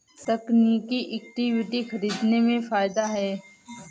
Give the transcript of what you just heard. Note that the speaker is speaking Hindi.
तकनीकी इक्विटी खरीदने में फ़ायदा है